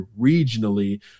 regionally